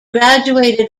graduated